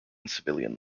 civilian